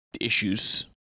issues